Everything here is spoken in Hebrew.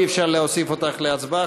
אי-אפשר להוסיף אותך להצבעה,